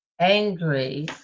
angry